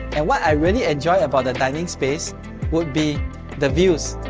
and what i really enjoy about the dining space would be the views.